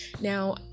now